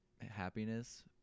happiness